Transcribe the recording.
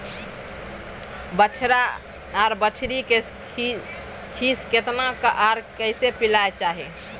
बछरा आर बछरी के खीस केतना आर कैसे पिलाना चाही?